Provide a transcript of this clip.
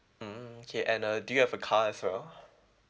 mm okay and uh do you have a car as well